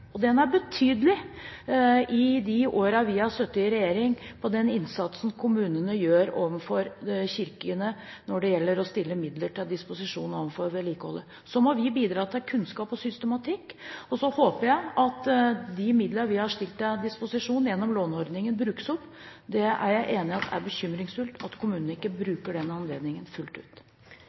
den innsatsen kommunene gjør overfor kirkene når det gjelder å stille til disposisjon midler til vedlikehold. Så må vi bidra til kunnskap og systematikk. Så håper jeg at de midlene vi har stilt til disposisjon gjennom låneordningen, brukes opp. Her er jeg enig i at det er bekymringsfullt at kommunene ikke bruker den anledningen fullt ut.